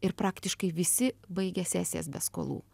ir praktiškai visi baigė sesijas be skolų